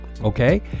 Okay